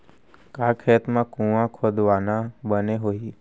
का खेत मा कुंआ खोदवाना बने होही?